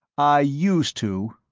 i used to.